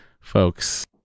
folks